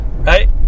right